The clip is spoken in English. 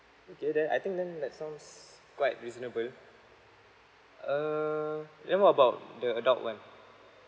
okay then I think then that sounds quite reasonable uh then what about the adult one